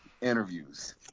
interviews